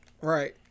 Right